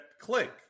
click